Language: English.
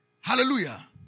Hallelujah